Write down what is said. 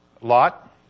Lot